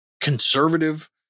conservative